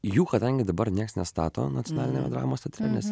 jų kadangi dabar nieks nestato nacionaliniame dramos teatre nes